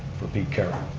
for be careful,